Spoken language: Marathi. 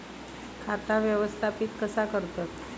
खाता व्यवस्थापित कसा करतत?